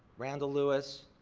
randall lewis,